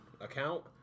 account